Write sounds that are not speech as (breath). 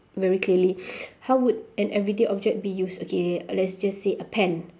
very clearly (breath) how would an everyday object be used okay let's just say a pen